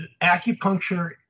acupuncture